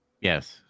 Yes